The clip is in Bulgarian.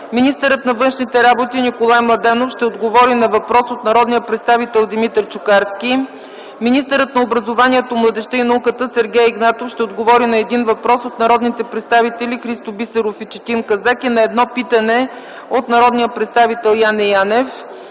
Министърът на външните работи Николай Младенов ще отговори на въпрос от народния представител Димитър Чукарски. 6. Министърът на образованието, младежта и науката Сергей Игнатов ще отговори на един въпрос от народните представители Христо Бисеров и Четин Казак и на едно питане от народния представител Яне Янев.